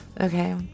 Okay